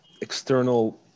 external